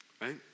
Right